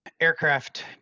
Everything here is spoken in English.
aircraft